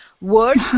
words